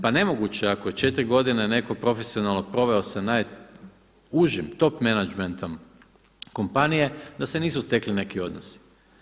Pa nemoguće je ako je 4 godine netko profesionalno proveo sa najužim top menadžmentom kompanije da se nisu stekli neki odnosi.